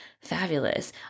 fabulous